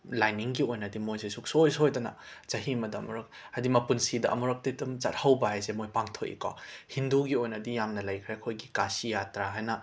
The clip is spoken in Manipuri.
ꯂꯥꯏꯅꯤꯡꯒꯤ ꯑꯣꯏꯅꯗꯤ ꯃꯣꯏꯁꯦ ꯁꯨꯛꯁꯣꯏ ꯁꯣꯏꯗꯅ ꯆꯍꯤ ꯑꯃꯗ ꯑꯃꯨꯔꯛ ꯍꯥꯏꯗꯤ ꯃꯄꯨꯟꯁꯤꯗ ꯑꯃꯨꯛꯂꯛꯇꯤ ꯑꯗꯨꯝ ꯆꯠꯍꯧꯕ ꯍꯥꯏꯁꯦ ꯃꯣꯏ ꯄꯥꯡꯊꯣꯛꯏꯀꯣ ꯍꯤꯟꯗꯨꯒꯤ ꯑꯣꯏꯅꯗꯤ ꯌꯥꯝꯅ ꯂꯩꯈ꯭ꯔꯦ ꯑꯩꯈꯣꯏꯒꯤ ꯀꯥꯁꯤ ꯌꯥꯇ꯭ꯔꯥ ꯍꯥꯏꯅ